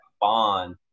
bond